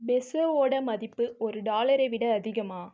பெசோவோட மதிப்பு ஒரு டாலரை விட அதிகமா